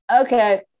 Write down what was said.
Okay